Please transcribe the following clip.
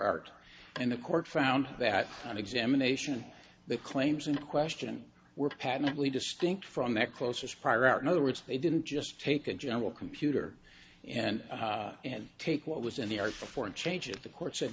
art and the court found that on examination the claims in question were patently distinct from that closers prior art in other words they didn't just take a general computer and and take what was in the art before it changes the court said